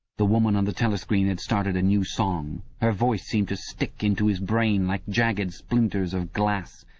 the woman on the telescreen had started a new song. her voice seemed to stick into his brain like jagged splinters of glass.